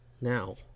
now